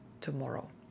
tomorrow